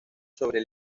sobre